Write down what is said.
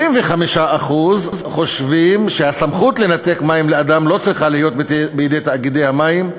ו-75% חושבים שהסמכות לנתק מים לאדם לא צריכה להיות בידי תאגידי המים,